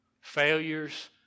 Failures